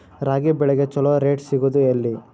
ರಾಗಿ ಬೆಳೆಗೆ ಛಲೋ ರೇಟ್ ಸಿಗುದ ಎಲ್ಲಿ?